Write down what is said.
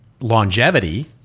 longevity